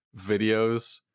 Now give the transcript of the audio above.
videos